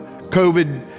COVID